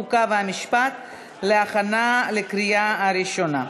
חוק ומשפט להכנה לקריאה ראשונה,